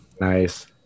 nice